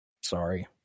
sorry